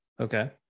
Okay